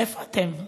איפה אתם?